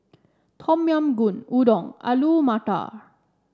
Tom Yam Goong Udon Alu Matar